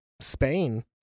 Spain